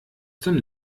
zum